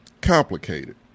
complicated